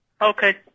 Okay